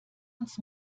uns